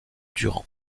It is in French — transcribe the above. durand